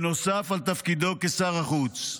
נוסף על תפקידו כשר החוץ.